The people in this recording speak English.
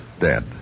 Dead